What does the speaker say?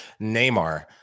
Neymar